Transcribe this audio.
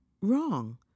wrong